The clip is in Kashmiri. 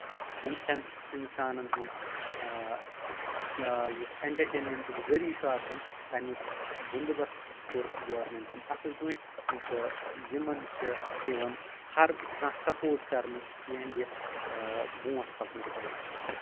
یتھؠن انسانن ہُنٛد یُس اینٹرٹینمنٹُک ذٔریعہِ چھُ آسان تمیُک بونٛدٕبس کوٚر گورمینٹن اَصٕل پٲٹھۍ تہٕ یِمن چھِ یِوان ہر کانٛہہ سپوٹ کرنہٕ یِہنٛدِ برونٛٹھ پکنہٕ خٲطرٕ